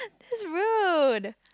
that's rude